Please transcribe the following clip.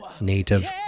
native